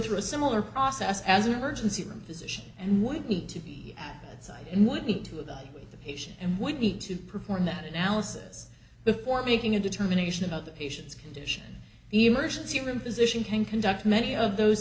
through a similar process as an emergency room physician and would need to be at site and would need to evaluate the patient and would need to perform that analysis before making a determination about the patient's condition the emergency room physician can conduct many of those